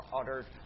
uttered